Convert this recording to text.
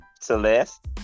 Celeste